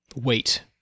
weight